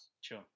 Sure